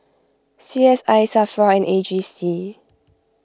C S I Safra and A G C